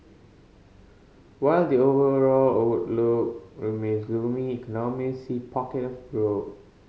while the overall outlook remains gloomy economist see pocket of growth